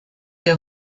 der